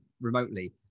remotely